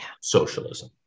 socialism